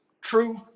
true